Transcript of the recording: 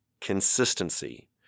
consistency